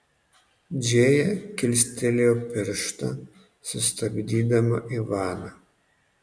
džėja kilstelėjo pirštą sustabdydama ivaną